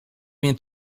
mnie